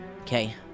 Okay